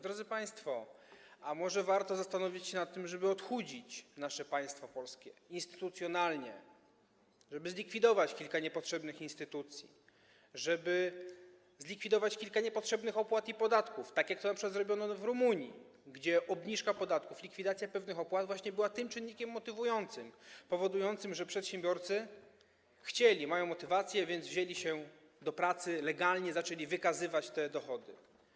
Drodzy państwo, a może warto zastanowić się nad tym, żeby odchudzić nasze państwo polskie instytucjonalnie, żeby zlikwidować kilka niepotrzebnych instytucji, żeby zlikwidować kilka niepotrzebnych opłat i podatków, tak jak to np. zrobiono w Rumunii, gdzie obniżka podatków, likwidacja pewnych opłat właśnie była tym czynnikiem motywującym, powodującym, że przedsiębiorcy chcieli, mają motywację, więc wzięli się do pracy, legalnie zaczęli wykazywać te dochody.